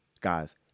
Guys